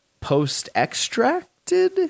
post-extracted